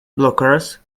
blockers